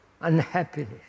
unhappiness